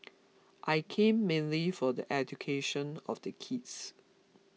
I came mainly for the education of the kids